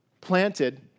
planted